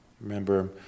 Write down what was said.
Remember